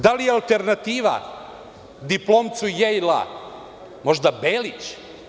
Da li je alternativa diplomcu „Jejla“ možda Belić?